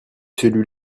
celui